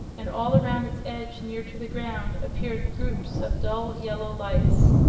and all around its edge, near to the ground, appeared groups of dull yellow lights,